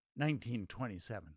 1927